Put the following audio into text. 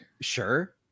sure